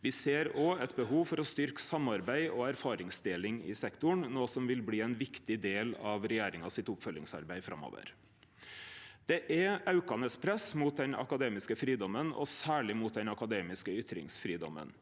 Me ser òg eit behov for å styrkje samarbeid og erfaringsdeling i sektoren, noko som vil bli ein viktig del av regjeringa sitt oppfølgingsarbeid framover. Det er aukande press mot den akademiske fridomen og særleg mot den akademiske ytringsfridomen.